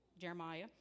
Jeremiah